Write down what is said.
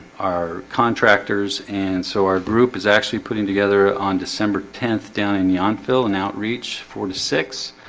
our contractors and so our group is actually putting together on december tenth down in yountville and outreach four to six